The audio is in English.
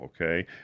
okay